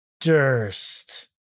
Durst